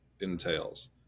entails